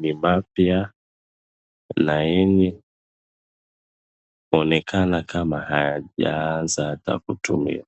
ni mapya, laini, yaonekana kama hayajaanza ata kutumiwa.